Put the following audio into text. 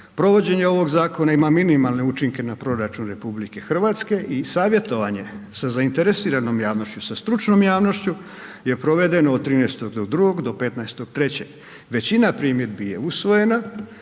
Provođenje ovog zakona ima minimalne učinke na proračun RH i savjetovanje sa zainteresiranom javnošću, sa stručnom javnošću je provedeno od 13.2. do 15.3., većina primjedbi je usvojena,